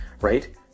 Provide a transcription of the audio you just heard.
right